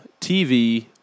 TV